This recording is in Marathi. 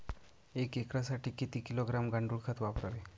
एक एकरसाठी किती किलोग्रॅम गांडूळ खत वापरावे?